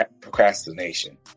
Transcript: procrastination